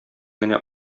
генә